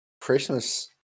Christmas